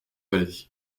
vallée